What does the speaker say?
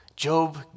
Job